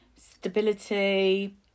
stability